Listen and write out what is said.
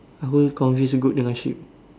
aku confuse goat dengan sheep